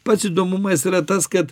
pats įdomumas yra tas kad